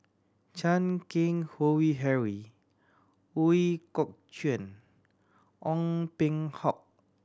Chan Keng Howe Harry Ooi Kok Chuen Ong Peng Hock